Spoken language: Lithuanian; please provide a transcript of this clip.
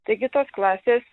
taigi tos klasės